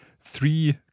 three